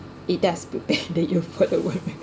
it does that you've heard about it